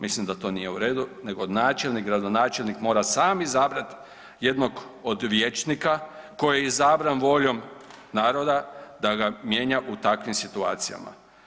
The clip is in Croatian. Mislim da to nije u redu nego gradonačelnik, načelnik mora sam izabrat jednog od vijećnika koji je izabran voljom naroda da ga mijenja u takvim situacijama.